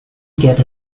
get